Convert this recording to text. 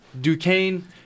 Duquesne